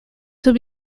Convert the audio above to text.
would